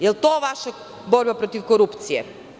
Da li je to vaša borba protiv korupcije?